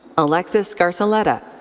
alexis scarselletta.